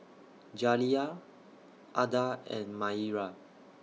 Jaliyah Adda and Maira